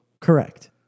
Correct